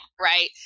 right